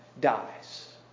dies